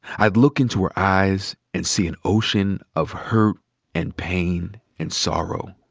i'd look into her eyes and see an ocean of hurt and pain and sorrow.